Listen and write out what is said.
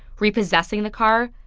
repossessing the car,